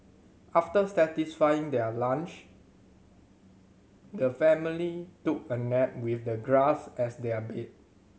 after satisfying their lunch the family took a nap with the grass as their bed